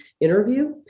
interview